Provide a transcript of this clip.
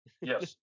yes